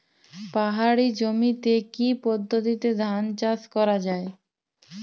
পাহাড়ী জমিতে কি পদ্ধতিতে ধান চাষ করা যায়?